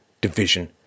division